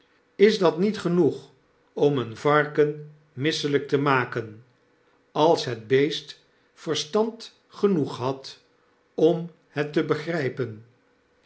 is dat niet genoeg om een varken misselyk te maken als het beest verstand genoeg had om het te begrijpen